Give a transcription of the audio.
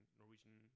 Norwegian